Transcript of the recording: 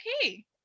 okay